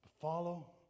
Follow